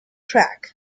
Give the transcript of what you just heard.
track